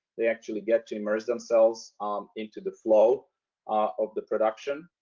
they actually get to immerse themselves into the flow of the production.